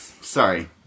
Sorry